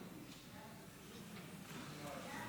כנסת נכבדה,